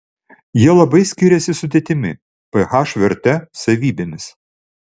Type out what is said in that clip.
jie labai skiriasi sudėtimi ph verte savybėmis